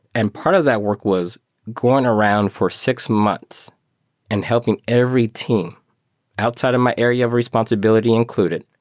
and part of that work was going around for six months and helping every team outside of my area of responsibility included,